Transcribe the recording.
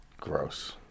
Gross